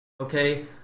Okay